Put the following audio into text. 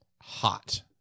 hot